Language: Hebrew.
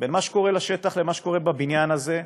בין מה שקורה בשטח לבין מה שקורה בבניין הזה,